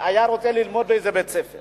ללמוד באיזה בית-ספר